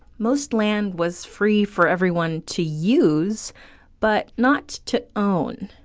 most land was free for everyone to use but not to own.